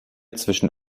zwischen